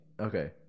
Okay